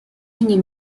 ogni